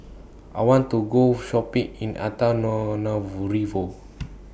I want to Go Shopping in Antananarivo